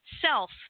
self